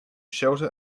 shelter